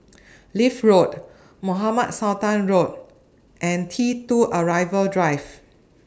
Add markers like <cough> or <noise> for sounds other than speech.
<noise> Leith Road Mohamed Sultan Road and T two Arrival Drive